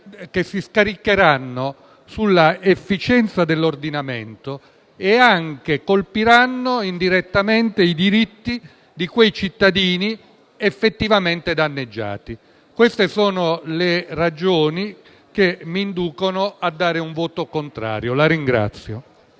che si scaricheranno sull'efficienza dell'ordinamento e che colpiranno indirettamente i diritti di quei cittadini effettivamente danneggiati. Queste sono le ragioni che mi inducono ad esprimere un voto contrario. *(Applausi